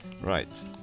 Right